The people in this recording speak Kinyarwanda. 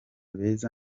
beza